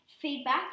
feedback